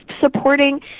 supporting